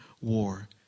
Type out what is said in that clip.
war